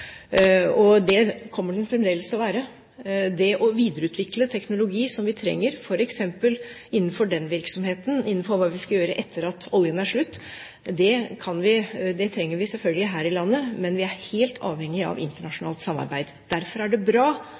og det kommer den fremdeles til å være. Det å videreutvikle teknologi som vi trenger, f.eks. innenfor den virksomheten, innenfor hva vi skal gjøre etter at oljen er slutt, er det selvfølgelig behov for her i landet, men vi er helt avhengig av internasjonalt samarbeid. Derfor er det bra